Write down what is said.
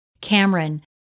Cameron